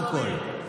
הכול.